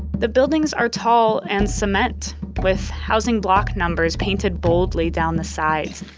the buildings are tall and cement with housing block numbers painted boldly down the sides.